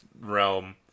realm